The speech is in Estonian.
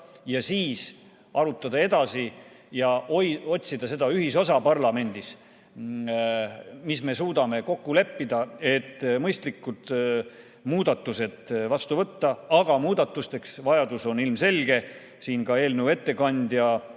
ja siis arutada edasi, otsida seda ühisosa parlamendis, mis me suudame kokku leppida, et mõistlikud muudatused vastu võtta. Aga muudatuste vajadus on ilmselge. Ka eelnõu ettekandja